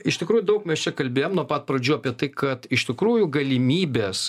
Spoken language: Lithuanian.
iš tikrųjų daug mes čia kalbėjom nuo pat pradžių apie tai kad iš tikrųjų galimybės